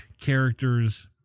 characters